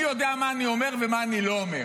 אני יודע מה אני אומר ומה אני לא אומר.